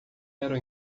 eram